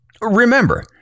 Remember